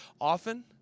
often